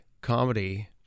comedy